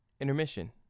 intermission